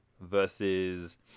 versus